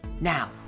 Now